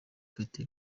ufite